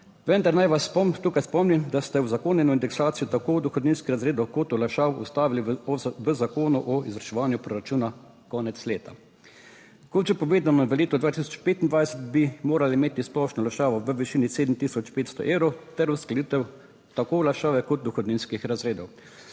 Vendar naj vas tukaj spomnim, da ste uzakonjeno indeksacijo tako dohodninskih razredov kot olajšav ustavili v Zakonu o izvrševanju proračuna konec leta. Kot že povedano, v letu 2025 bi morali imeti splošno olajšavo v višini 7500 evrov ter uskladitev tako olajšave kot dohodninskih razredov.